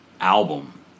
album